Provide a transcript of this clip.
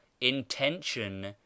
Intention